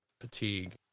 fatigue